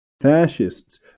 fascists